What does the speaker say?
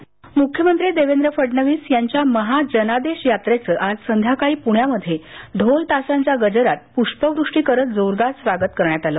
मुख्यमंत्री मुख्यमंत्री देवेंद्र फडणवीस यांच्या महाजनादेश यात्रेचं आज संध्याकाळी पुण्यामध्ये ढोल ताशांच्या गजरात प्ष्पवृष्टी करत जोरदार स्वागत करण्यात आलं